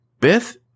Beth